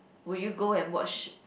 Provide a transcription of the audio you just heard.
will you go and watch